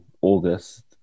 August